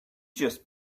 just